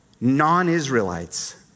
non-Israelites